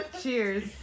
cheers